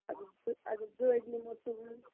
اگر گٲڑۍ نِمو تُہٕنٛز